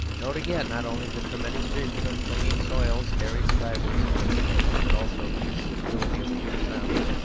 note, again, not only the tremendous vision of clinging soils carried skywards in the tornado, but also the suitability of the mere sounds.